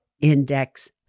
index